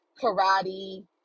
karate